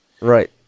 right